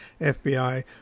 FBI